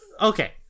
Okay